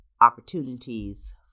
opportunities